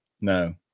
No